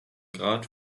grat